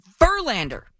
Verlander